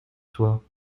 toi